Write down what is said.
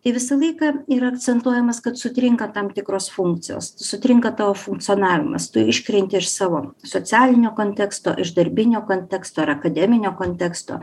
tai visą laiką yra akcentuojamas kad sutrinka tam tikros funkcijos sutrinka tavo funkcionavimas tu iškrenti iš savo socialinio konteksto iš darbinio konteksto ar akademinio konteksto